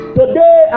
today